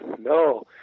no